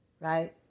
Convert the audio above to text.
right